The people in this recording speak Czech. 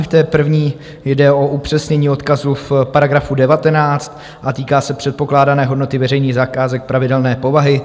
V té první jde o upřesnění odkazu v § 19 a týká se předpokládané hodnoty veřejných zakázek pravidelné povahy.